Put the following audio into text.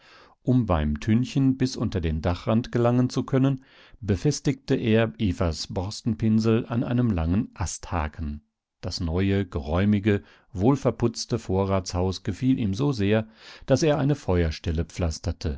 um beim tünchen bis unter den dachrand gelangen zu können befestigte er evas borstenpinsel an einem langen asthaken das neue geräumige wohlverputzte vorratshaus gefiel ihm so sehr daß er eine feuerstelle pflasterte